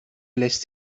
lässt